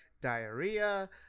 diarrhea